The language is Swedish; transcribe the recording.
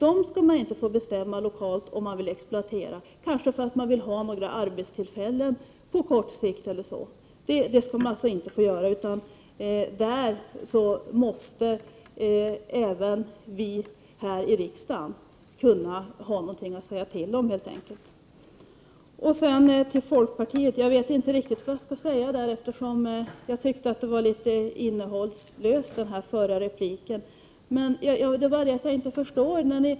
Om exploateringen av dessa skall man inte få besluta lokalt — t.ex. med tanke på sysselsättningsaspekterna på kort sikt. Även vi i riksdagen måste helt enkelt ha något att säga till om i det sammanhanget. Sedan till folkpartiet. Jag vet inte riktigt vad jag skall säga, eftersom jag tyckte att den förra repliken var litet innehållslös.